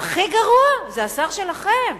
והכי גרוע, זה השר שלכם,